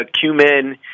cumin